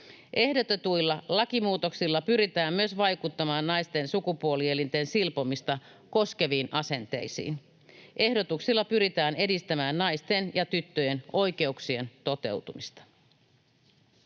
Ehdotetuilla lakimuutoksilla pyritään myös vaikuttamaan naisten sukupuolielinten silpomista koskeviin asenteisiin. Ehdotuksilla pyritään edistämään naisten ja tyttöjen oikeuksien toteutumista.